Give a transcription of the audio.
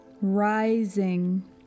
rising